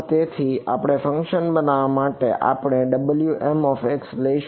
તેથી આ ફંક્શન બનાવવા માટે આપણે Wmx લઈશું